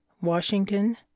washington